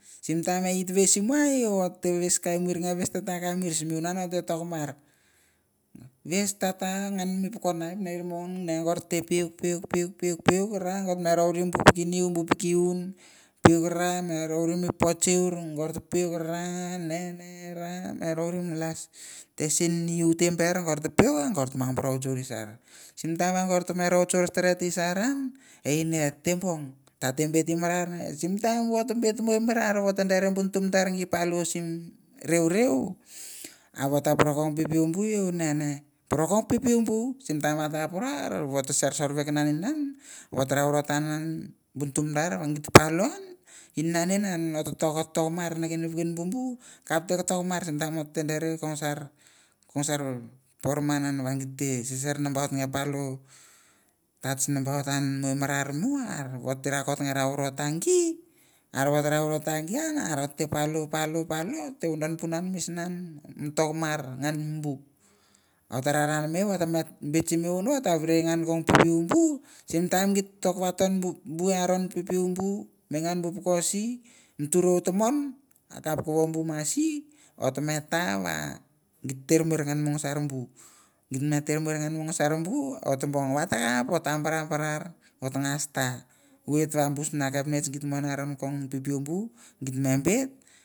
Simtaim ehi ta whis muai et whis kai mur nge whis tatak eh mirs simunan ate ta mar whis tatang an me poko knife nei mon gur puik puik puik puik puik gura gotme roriu bu pikini niu bu pikiun puikeran eh row riu me pihiu gurte puik gur an nene ran eh rowriu malas tesin utember watar puik gurte ma rowchur me sher simtaim wah rowchur steret i shara ine ate bong katem bit mura ne simtaim wah ta bit mo mara wotedere buntun dar gi palo sim reureu a wat a kom por pipiu bu ne ne por kong pipiu bu simtaim wahta poro wato sher sher va kinan wah tarot kan bum tum dar wan git palo an inanenan atongotom mar niki pukin me bu kapte tongmar simtaim tite dere kong shar kong shar proman gite shersher nambaut ngen palo touch nambaut an mu mara mu ote rakot nge raurotang gi raurotangi ote palopalo ote wundan punan misnah me tang mar bu ote raramei ote me bit siwunoh ote uri ngan kong poko bu simtaim tok wat kong bu aron pipiu bu mengan pukosih me turou ta mon akap ko bu ma sim ote me tawa gite marngan bu gite ter murngan bu shar bu ote bong wata kaportambaran otenasta wit na kepnits git mon kong pipiu bu git me bit.